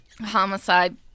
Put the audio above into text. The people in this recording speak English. Homicide